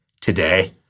today